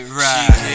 right